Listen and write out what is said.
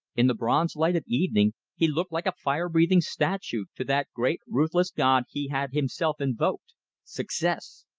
in the bronze light of evening he looked like a fire-breathing statue to that great ruthless god he had himself invoked success.